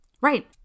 Right